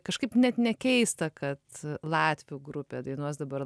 kažkaip net ne keista kad latvių grupė dainuos dabar